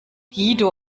guido